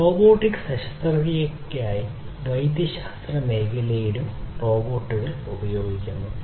robotic ശസ്ത്രക്രിയയ്ക്കായി വൈദ്യശാസ്ത്ര മേഖലയിലും റോബോട്ടുകൾ ഉപയോഗിക്കുന്നു